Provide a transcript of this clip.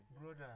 Brother